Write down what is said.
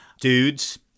dudes